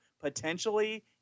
potentially